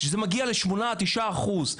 כשזה מגיע ל-8 או 9 אחוזים.